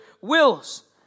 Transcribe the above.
wills